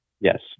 Yes